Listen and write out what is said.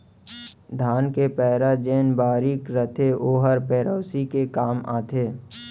धान के पैरा जेन बारीक रथे ओहर पेरौसी के काम आथे